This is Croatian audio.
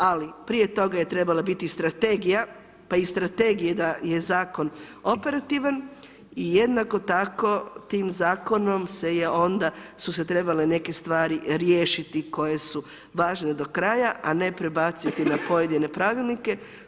Ali, prije toga je trebala biti strategija, pa iz strategije da je Zakon operativan i jednako tako tim zakonom se je onda, su se trebale neke stvari riješiti koje su važne do kraja, a ne prebaciti na pojedine pravilnike.